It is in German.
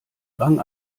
rang